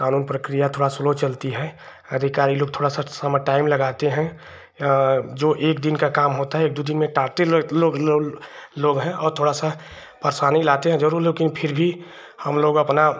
कानूनी प्रक्रिया थोड़ा स्लो चलती है अधिकारी लोग थोड़ा सा समय टाइम लगाते हैं जो एक दिन का काम होता है एक दो दिन में टालते लोग लोग हैं और थोड़ी सी परेशानी लाते हैं ज़रूर लेकिन फिर भी हमलोग अपना